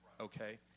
Okay